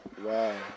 Wow